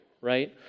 Right